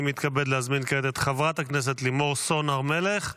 אני מתכבד להזמין כעת את חברת הכנסת לימור סון הר מלך,